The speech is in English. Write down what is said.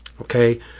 Okay